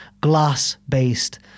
glass-based